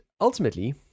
ultimately